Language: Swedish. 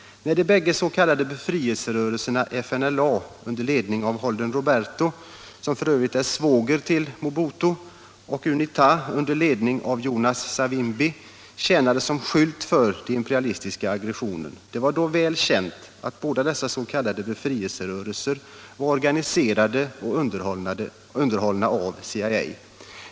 De bägge s.k. befrielserörelserna FNLA, under ledning av Holden Roberto, som f. ö. är svåger till Mobutu, och UNITA, under ledning av Jonas Savimbi, tjänade som skylt för den imperialistiska aggressionen. Det var då väl känt att båda dessa s.k. befrielserörelser var organiserade och underhållna av CIA.